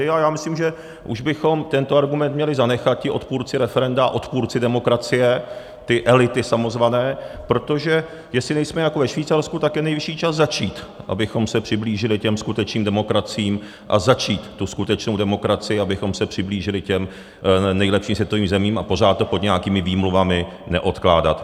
Já myslím, že už bychom tento argument měli zanechati odpůrci referenda, odpůrci demokracie, ty samozvané elity, protože jestli nejsme jako ve Švýcarsku, tak je nejvyšší čas začít, abychom se přiblížili těm skutečným demokraciím, a začít tu skutečnou demokracii, abychom se přiblížili těm nejlepším světovým zemím, a pořád to pod nějakými výmluvami neodkládat.